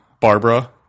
Barbara